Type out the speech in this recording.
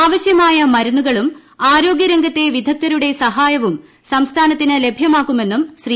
ആവശ്യമായ മരുന്നുകളും ആരോഗ്യരംഗത്തെ വിദഗ്ദ്ധരുടെ സഹായവും സംസ്ഥാനത്തിന് ലഭ്യമാക്കുമെന്നും ശ്രീ